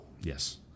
Yes